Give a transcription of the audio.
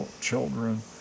children